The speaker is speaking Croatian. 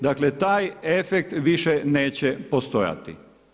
Dakle, taj efekt više neće postojati.